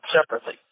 separately